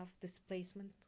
displacement